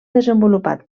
desenvolupat